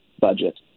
budget